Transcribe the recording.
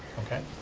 okay?